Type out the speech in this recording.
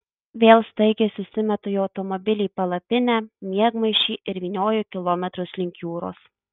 vėl staigiai susimetu į automobilį palapinę miegmaišį ir vynioju kilometrus link jūros